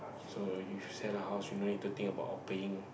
so you sell the house you no need to think about all paying